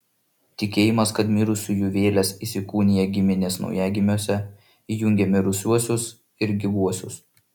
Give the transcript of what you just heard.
tikėjimas kad mirusiųjų vėlės įsikūnija giminės naujagimiuose jungė mirusiuosius ir gyvuosius